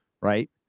right